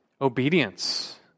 obedience